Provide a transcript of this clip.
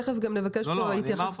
תיכף גם נבקש פה התייחסות,